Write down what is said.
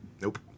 Nope